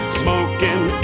smoking